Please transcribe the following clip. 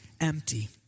empty